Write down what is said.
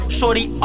Shorty